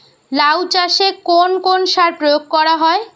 লাউ চাষে কোন কোন সার প্রয়োগ করা হয়?